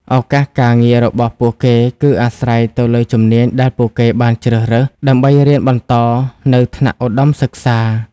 ឱកាសការងាររបស់ពួកគេគឺអាស្រ័យទៅលើជំនាញដែលពួកគេបានជ្រើសរើសដើម្បីរៀនបន្តនៅថ្នាក់ឧត្តមសិក្សា។